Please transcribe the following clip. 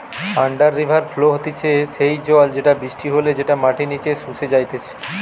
under river flow হতিছে সেই জল যেটা বৃষ্টি হলে যেটা মাটির নিচে শুষে যাইতিছে